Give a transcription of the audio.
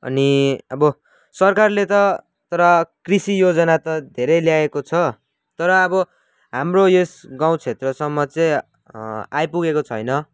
अनि अब सरकारले त तर कृषि योजना त धेरै ल्याएको छ तर अब हाम्रो यस गाउँ क्षेत्रसम्म चाहिँ आइपुगेको छैन